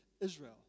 Israel